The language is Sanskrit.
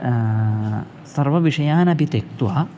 सर्वविषयानपि त्यक्त्वा